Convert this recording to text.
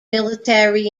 military